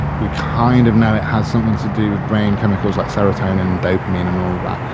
we kind of know it has something to do with brain chemicals like serotonin, dopamine and all of that,